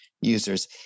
users